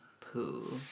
Poo